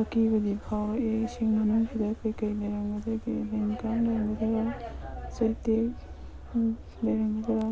ꯑꯀꯤꯕꯗꯤ ꯐꯥꯎꯔꯛꯏ ꯏꯁꯤꯡ ꯃꯅꯨꯡꯁꯤꯗ ꯀꯔꯤ ꯀꯔꯤ ꯂꯩꯔꯝꯒꯗꯒꯦ ꯂꯤꯟ ꯀꯥꯡ ꯂꯩꯔꯝꯒꯗ꯭ꯔꯥ ꯆꯩꯇꯦꯛ ꯂꯩꯔꯝꯒꯗ꯭ꯔꯥ